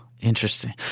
Interesting